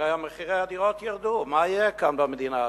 הרי מחירי הדירות ירדו, מה יהיה כאן במדינה הזאת?